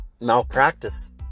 malpractice